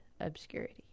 obscurity